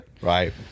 Right